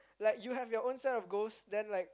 like you have your own set of goals then like